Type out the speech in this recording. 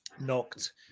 Knocked